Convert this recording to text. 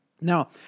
Now